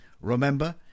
Remember